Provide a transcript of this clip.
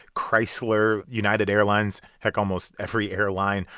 chrysler, united airlines, heck, almost every airline,